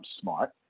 smart